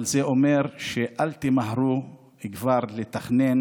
אבל זה אומר שאל תמהרו כבר לתכנן